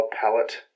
palette